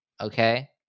Okay